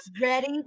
ready